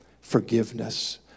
forgiveness